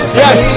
yes